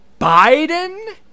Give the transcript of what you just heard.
biden